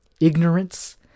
ignorance